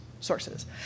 sources